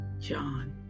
John